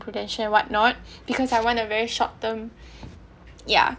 prudential what not because I want a very short term yeah